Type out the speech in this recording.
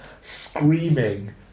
screaming